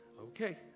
okay